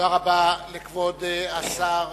תודה רבה לכבוד השר,